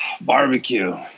barbecue